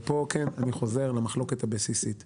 ופה אני חוזר למחלוקת הבסיסית בינינו.